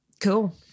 Cool